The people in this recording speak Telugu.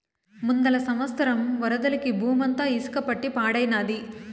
ముందల సంవత్సరం వరదలకి బూమంతా ఇసక పట్టి పాడైనాది